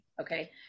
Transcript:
Okay